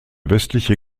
westliche